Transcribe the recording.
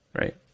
right